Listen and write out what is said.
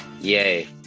Yay